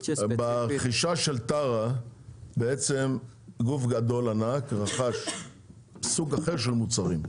ברכישה של טרה בעצם גוף גדול ענק רכש סוג אחר של מוצרים,